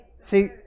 See